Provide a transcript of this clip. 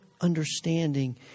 understanding